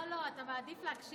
לא, לא, אתה מעדיף להקשיב.